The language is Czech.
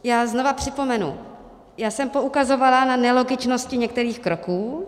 Já znova připomenu, já jsem poukazovala na nelogičnosti některých kroků.